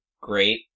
great